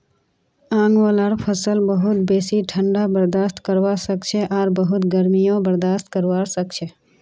आंवलार फसल बहुत बेसी ठंडा बर्दाश्त करवा सखछे आर बहुत गर्मीयों बर्दाश्त करवा सखछे